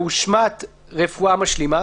הושמטו המילים: רפואה משלימה.